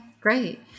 great